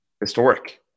Historic